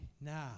now